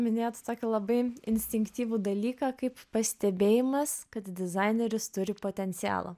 minėjot tokį labai instinktyvų dalyką kaip pastebėjimas kad dizaineris turi potencialo